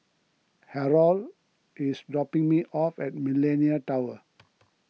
Harrold is dropping me off at Millenia Tower